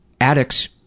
addicts